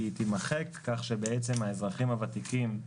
תימחק, כך שהאזרחים הוותיקים,